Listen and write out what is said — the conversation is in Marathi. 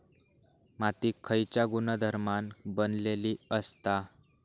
माती खयच्या गुणधर्मान बनलेली असता?